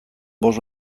bost